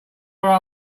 where